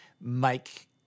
make